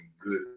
good